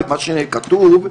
ממה שכתוב,